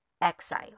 Exile